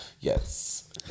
yes